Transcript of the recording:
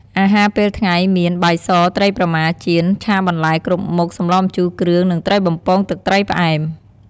អាហារពេលថ្ងៃមាន បាយស ត្រីប្រម៉ាចៀន ឆាបន្លែគ្រប់មុខ សម្លរម្ជូរគ្រឿង និងត្រីបំពងទឹកត្រីផ្អែម។